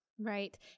Right